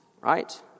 right